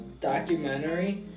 documentary